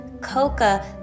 Coca